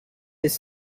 his